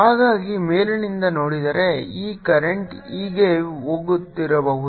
ಹಾಗಾಗಿ ಮೇಲಿನಿಂದ ನೋಡಿದರೆ ಈ ಕರೆಂಟ್ ಹೀಗೆ ಹೋಗುತ್ತಿರಬಹುದು